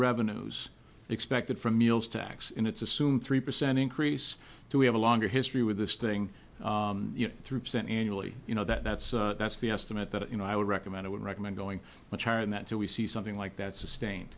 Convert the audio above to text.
revenues expected for meals tax in its assume three percent increase so we have a longer history with this thing through percent annually you know that that's that's the estimate that you know i would recommend i would recommend going much higher than that so we see something like that sustain